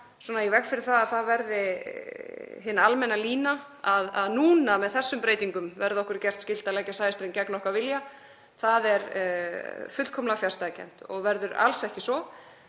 koma í veg fyrir að það verði hin almenna lína núna að með þessum breytingum verði okkur gert skylt að leggja sæstreng gegn okkar vilja. Það er fullkomlega fjarstæðukennt og verður alls ekki svo,